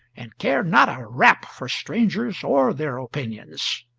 and cared not a rap for strangers or their opinions.